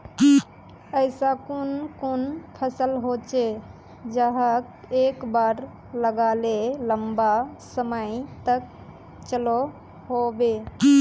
ऐसा कुन कुन फसल होचे जहाक एक बार लगाले लंबा समय तक चलो होबे?